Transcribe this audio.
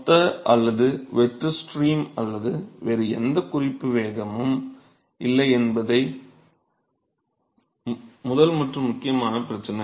மொத்த அல்லது வெற்று ஸ்ட்ரீம் அல்லது வேறு எந்த குறிப்பு வேகமும் இல்லை என்பதே முதல் மற்றும் முக்கியமான பிரச்சினை